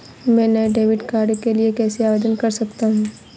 मैं नए debit card के लिए कैसे आवेदन कर सकता हूँ?